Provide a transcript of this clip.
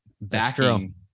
backing